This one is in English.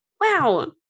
Wow